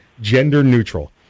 gender-neutral